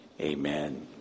Amen